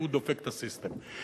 הוא דופק את ה"סיסטם".